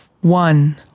one